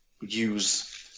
use